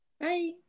Bye